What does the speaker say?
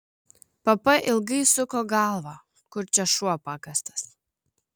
pp ilgai suko galvą kur čia šuo pakastas